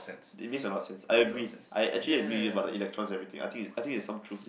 they miss a lot of sense I agree I actually agree you've got the elections everything I think I think is some truth in it